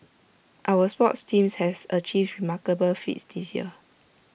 our sports teams have achieved remarkable feats this year